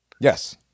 Yes